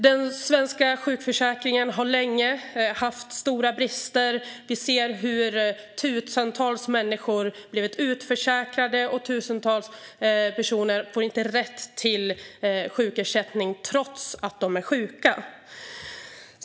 Den svenska sjukförsäkringen har länge haft stora brister. Tusentals människor har blivit utförsäkrade, och tusentals personer får inte rätt till sjukersättning, trots att de är sjuka.